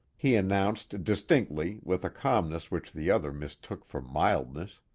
he announced distinctly, with a calmness which the other mistook for mildness.